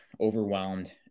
overwhelmed